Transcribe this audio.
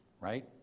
right